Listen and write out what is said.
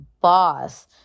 boss